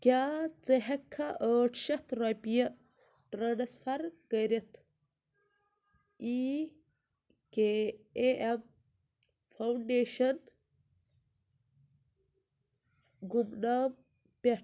کیٛاہ ژٕ ہیٚکہِ کھا ٲٹھ شٮ۪تھ رۄپیہِ ٹرٛانسفر کٔرِتھ E K A M foundation گمنام پٮ۪ٹھ